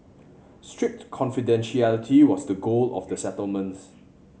strict confidentiality was the goal of the settlements